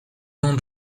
nom